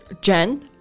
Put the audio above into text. Jen